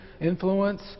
influence